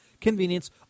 convenience